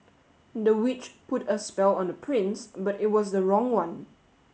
the witch put a spell on the prince but it was the wrong one